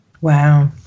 Wow